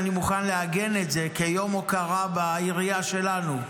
אם אני מוכן לעגן את זה כיום הוקרה בעירייה שלנו.